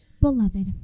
Beloved